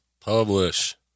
publish